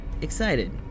excited